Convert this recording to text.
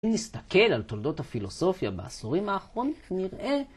אם נסתכל על תולדות הפילוסופיה בעשורים האחרונות, נראה...